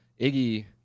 Iggy